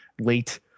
late